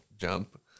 jump